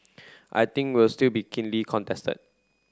I think will still be keenly contested